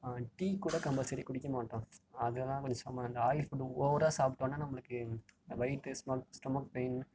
டீக்கூட compulsory குடிக்க மாட்டோம் அதெல்லாம் கொஞ்சம் அந்த ஆயில் ஃபுட் ஓவராக சாப்பிடோனா நம்மளுக்கு அந்த வெயிட்டு ஸ்டொமக் ஸ்டொமக் பெயின்